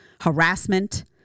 harassment